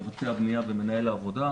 מבצע הבנייה ומנהל העבודה,